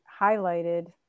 highlighted